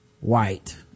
white